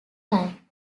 time